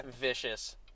vicious